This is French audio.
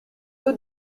eaux